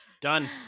Done